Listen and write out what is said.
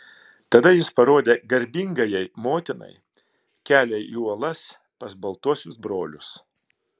tada jis parodė garbingajai motinai kelią į uolas pas baltuosius brolius